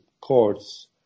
chords